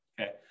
Okay